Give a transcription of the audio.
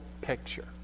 picture